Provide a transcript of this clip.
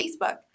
Facebook